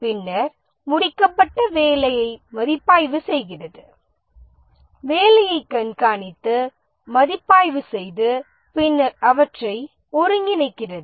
பின்னர் முடிக்கப்பட்ட வேலையை மதிப்பாய்வு செய்கிறது வேலையை கண்காணித்து மதிப்பாய்வு செய்து பின்னர் அவற்றை ஒருங்கிணைக்கிறது